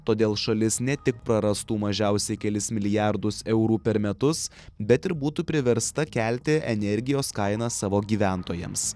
todėl šalis ne tik prarastų mažiausiai kelis milijardus eurų per metus bet ir būtų priversta kelti energijos kainą savo gyventojams